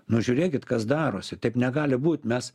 nu žiūrėkit kas darosi taip negali būt mes